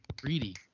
Greedy